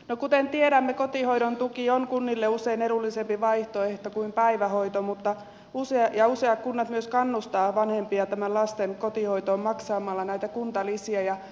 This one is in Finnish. no kuten tiedämme kotihoidon tuki on kunnille usein edullisempi vaihtoehto kuin päivähoito ja useat kunnat myös kannustavat vanhempia tähän lasten kotihoitoon maksamalla näitä kuntalisiä